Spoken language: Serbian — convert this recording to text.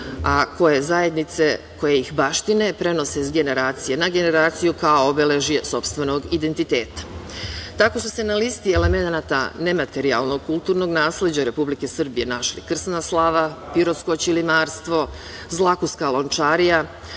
a koje zajednice baštine i prenose ih s generacije na generaciju kao obeležje sopstvenog identiteta. Tako su se na listi elemenata nematerijalnog kulturnog nasleđa Republike Srbije našli krsna slava, pirotsko ćilimarstvo, zlakuska lončarija,